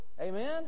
Amen